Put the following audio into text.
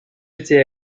était